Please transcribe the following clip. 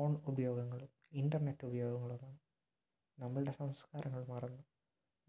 phone ഉപയോഗങ്ങൾ internet ഉപയോഗങ്ങൾ നമ്മളുടെ സംസ്കാരങ്ങൾ മാറുന്നു